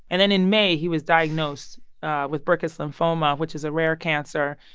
and then in may, he was diagnosed with burkitt's lymphoma, which is rare cancer.